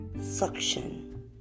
suction